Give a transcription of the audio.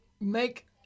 make